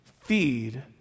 feed